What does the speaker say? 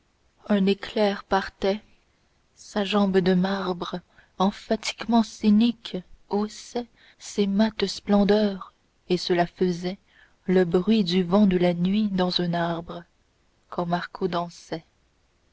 un éclair partait sa jambe de marbre emphatiquement cynique haussait ses mates splendeurs et cela faisait le bruit du vent de la nuit dans un arbre quand marco dansait